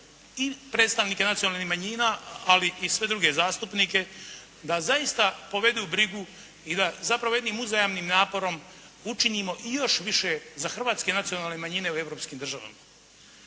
i predstavnike nacionalnih manjina, ali i sve druge zastupnike, da zaista povedu brigu i da zapravo jednim uzajamnim naporom učinimo i još više za hrvatske nacionalne manjine u europskim državama.